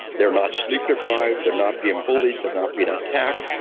they're not sleepdeprived, they're not being bullied, they're not being attacked,